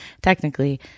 technically